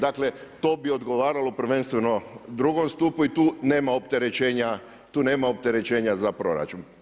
Dakle to bi odgovaralo prvenstveno drugom stupu i tu nema opterećenja za proračun.